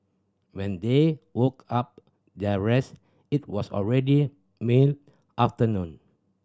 when they woke up their rest it was already mid afternoon